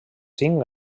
cinc